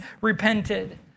repented